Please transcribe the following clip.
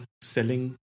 selling